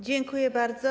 Dziękuję bardzo.